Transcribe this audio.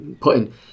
putting